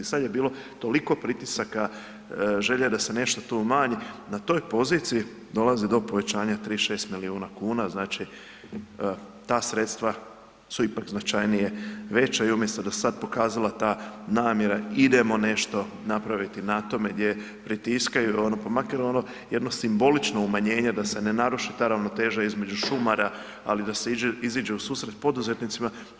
Sad je bilo toliko pritisaka, želje da se nešto tu umanji, na toj poziciji dolazi do povećanja 36 milijuna kuna, znači, ta sredstva su ipak značajnije veća i umjesto da se sad pokazala ta namjera idemo nešto napraviti na tome gdje pritiskaju ono, pa makar ono jedno simbolično umanjenje da se ne naruši ta ravnoteža između šumara, ali da se iziđe u susret poduzetnicima.